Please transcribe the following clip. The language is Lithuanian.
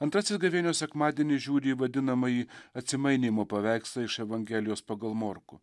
antrasis gavėnios sekmadienį žiūri į vadinamąjį atsimainymo paveikslą iš evangelijos pagal morkų